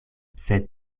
sed